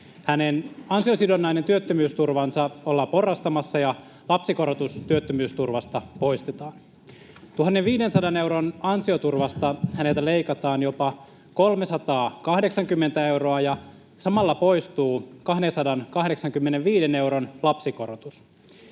Hänen ansiosidonnaista työttömyysturvaansa ollaan porrastamassa ja lapsikorotus työttömyysturvasta poistetaan. 1 500 euron ansioturvasta häneltä leikataan jopa 380 euroa, ja samalla poistuu 285 euron lapsikorotus.